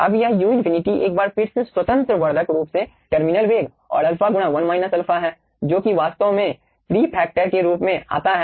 अब यह u∞ एक बार फिर से स्वतंत्र वर्धक रूप से टर्मिनल वेग और अल्फा गुणा 1 α है जो कि वास्तव में प्री फैक्टर के रूप में आता है